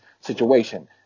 situation